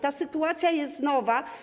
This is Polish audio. Ta sytuacja jest nowa.